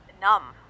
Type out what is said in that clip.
numb